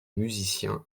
musicien